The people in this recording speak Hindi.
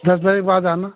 दस बजे के बाद आना